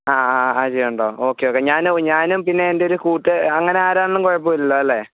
ആ ആ അയ ഉണ്ടോ ഓക്കെ ഓക്കെ ഞാനും ഞാനും പിന്നെ എൻ്റെ ഒരു കൂട്ട് അങ്ങനെ ആരാണെങ്കിലും കുഴപ്പം ഇല്ലല്ലോ അല്ലേ